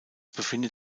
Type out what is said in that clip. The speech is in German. befindet